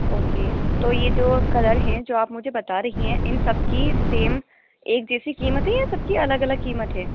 okay تو یہ جو کلر ہیں جو آپ مجھے بتا رہی ہیں ان سب کی سیم ایک جیسی قیمت ہی ہے یا سب کی الگ الگ قیمت ہے